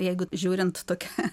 jeigu žiūrint tokia